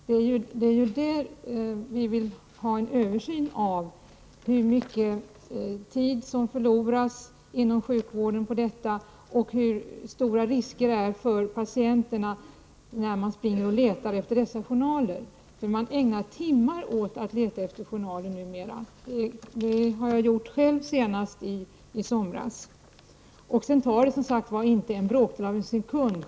Det är ju här som det behövs en översyn, dvs. av hur mycket tid som förloras inom sjukvården på detta och hur stora riskerna är för patienterna när personalen letar efter journalerna — man ägnar numera timmar åt att leta efter journaler. Jag har själv gjort det senast i somras. Det tar inte, som sagts tidigare, bråkdelen av en sekund att signera.